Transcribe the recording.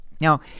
Now